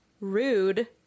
rude